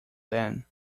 then